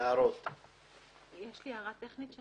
יש לי הערה טכנית.